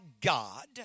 God